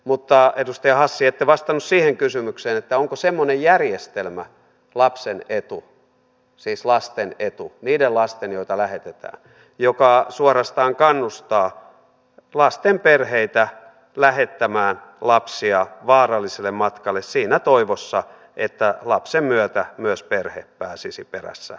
mutta edustaja hassi ette vastannut siihen kysymykseen onko semmoinen järjestelmä lasten etu niiden lasten joita lähetetään joka suorastaan kannustaa lasten perheitä lähettämään lapsia vaaralliselle matkalle siinä toivossa että lapsen myötä myös perhe pääsisi perässä suomeen